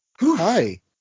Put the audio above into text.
Hi